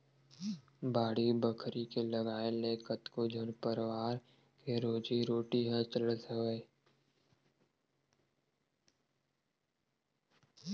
बाड़ी बखरी के लगाए ले कतको झन परवार के रोजी रोटी ह चलत हवय